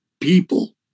people